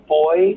boy